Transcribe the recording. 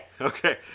Okay